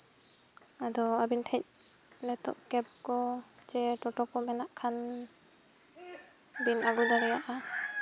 ᱟᱫᱚ ᱟᱹᱵᱤᱱ ᱴᱷᱮᱱ ᱱᱤᱛᱚᱜ ᱠᱮᱵᱽ ᱠᱚ ᱪᱮ ᱴᱳᱴᱳ ᱠᱚ ᱢᱮᱱᱟᱜ ᱠᱷᱟᱱ ᱵᱤᱱ ᱟᱹᱜᱩ ᱫᱟᱲᱮᱭᱟᱜᱼᱟ